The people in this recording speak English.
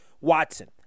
Watson